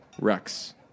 Rex